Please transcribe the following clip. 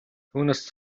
түүнээс